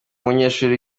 umunyeshuri